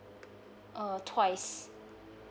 uh twice